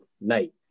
night